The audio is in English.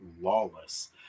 Lawless